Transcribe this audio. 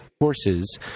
horses